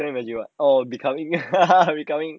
cannot imagine what oh they coming back they coming